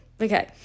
Okay